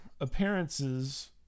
appearances